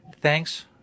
thanks